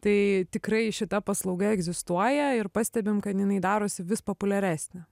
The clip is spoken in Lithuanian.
tai tikrai šita paslauga egzistuoja ir pastebim kad jinai darosi vis populiaresnė